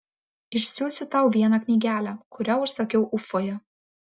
išsiųsiu tau vieną knygelę kurią užsakiau ufoje